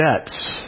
debts